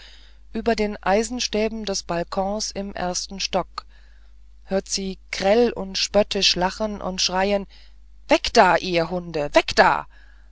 über den eisenstäben des balkons im ersten stock hört sie grell und spöttisch lachen und schreien weg da ihr hunde weg da